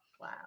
Wow